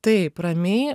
taip ramiai